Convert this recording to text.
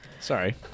Sorry